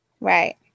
Right